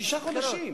שישה חודשים.